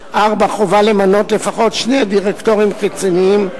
4. חובה למנות לפחות שני דירקטורים חיצוניים,